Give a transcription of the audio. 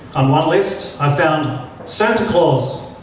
on one list i found santa claus,